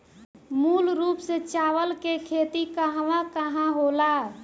मूल रूप से चावल के खेती कहवा कहा होला?